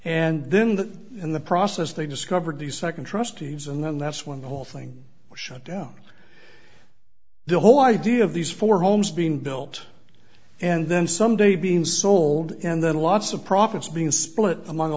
and then that in the process they discovered the second trustees and then that's when the whole thing was shut down the whole idea of these four homes being built and then someday being sold and then lots of profits being split among a